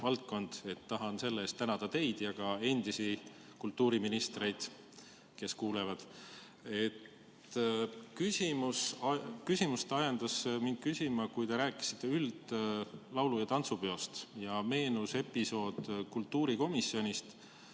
Tahan selle eest tänada teid ja endisi kultuuriministreid, kes mind kuulevad. Küsimust ajendas mind küsima see, et te rääkisite üldlaulu- ja tantsupeost ja mulle meenus episood kultuurikomisjonist,